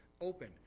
open